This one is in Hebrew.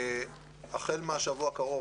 החל מהשבוע הקרוב,